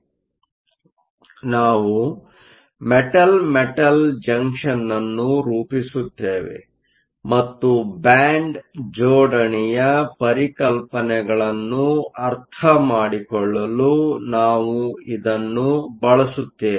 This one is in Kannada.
ಆದ್ದರಿಂದ ನಾವು ಮೆಟಲ್ ಮೆಟಲ್ ಜಂಕ್ಷನ್ ಅನ್ನು ರೂಪಿಸುತ್ತೇವೆ ಮತ್ತು ಬ್ಯಾಂಡ್ ಜೋಡಣೆಯ ಪರಿಕಲ್ಪನೆಗಳನ್ನು ಅರ್ಥಮಾಡಿಕೊಳ್ಳಲು ನಾವು ಇದನ್ನು ಬಳಸುತ್ತೇವೆ